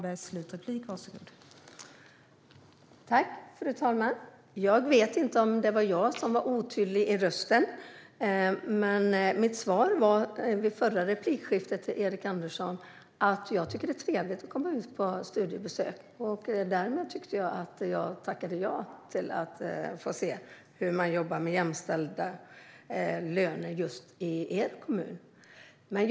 Fru talman! Jag vet inte om det var jag som var otydlig, Erik Andersson, men mitt svar i den förra repliken var att jag tycker att det är trevligt att komma ut på studiebesök. Därmed tyckte jag att jag tackade ja till att få se hur man jobbar med jämställda löner just i er kommun.